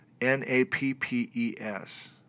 N-A-P-P-E-S